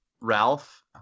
Ralph